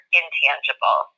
intangible